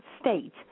state